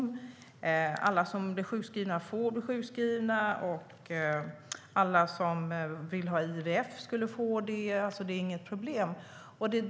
Han säger att alla som behöver bli sjukskrivna får bli det och att alla som vill ha IVF-behandling skulle få det - det är alltså inget problem.